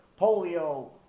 polio